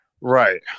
Right